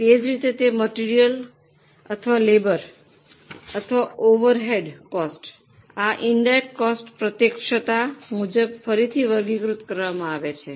તે જ રીતે તે મટીરીયલ અથવા લેબર છે અથવા ઓવરહેડ કોસ્ટ આ ઇનડાયરેક્ટ કોસ્ટ પ્રત્યક્ષતા મુજબ ફરીથી વર્ગીકૃત કરવામાં આવે છે